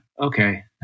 okay